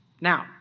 Now